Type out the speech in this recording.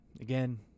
again